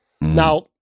now